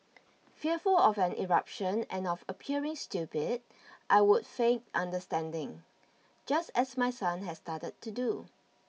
fearful of an eruption and of appearing stupid I would feign understanding just as my son has started to do